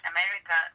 America